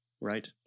right